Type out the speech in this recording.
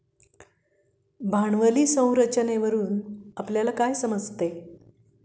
भांडवली संरचनेवरून आपल्याला काय समजते?